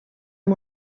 amb